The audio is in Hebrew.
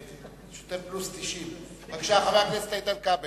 כן, שוטף פלוס 90. בבקשה, חבר הכנסת איתן כבל.